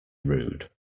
rude